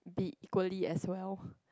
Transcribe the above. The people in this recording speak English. be equally as well